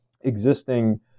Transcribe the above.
existing